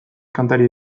kantaria